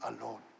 alone